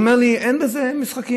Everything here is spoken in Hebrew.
הוא אומר לי: אין בזה משחקים.